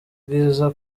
bwiza